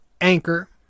Anchor